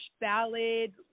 ballad